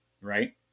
right